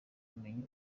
ubumenyi